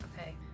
Okay